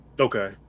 Okay